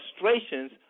frustrations